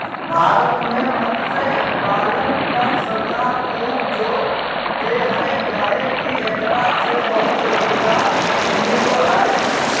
भारत में मत्स्य पालन पर सरकार खूब जोर दे हई काहे कि एकरा से बहुत रोज़गार मिलो हई